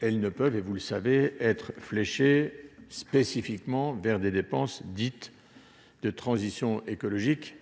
elles ne peuvent être fléchées spécifiquement vers des dépenses dites « de transition écologique »; prétendre